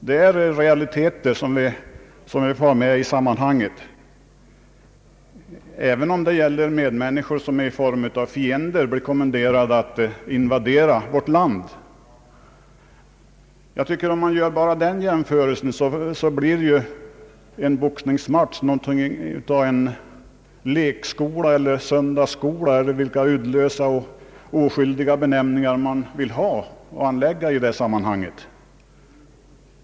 Det är realiteter som vi bör ha med i sammanhanget, även om det gäller medmänniskor som i egenskap av fiender kunde tänkas bli kommenderade att söka invadera vårt land. Detta är helt enkelt nödvändigt ty världen är sådan. Vid den jämförelsen blir en boxningsmatch något av lekskola, söndagsskola eller vilken uddlös och oskyldig benämning man vill ha.